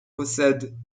possède